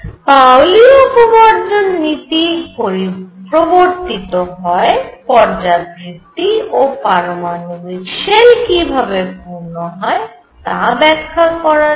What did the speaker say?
পাওলি অপবর্জন নীতি প্রবর্তিত হয় পর্যাবৃত্তি ও পারমাণবিক শেল কি ভাবে পূর্ণ হয় তা ব্যাখ্যা করার জন্য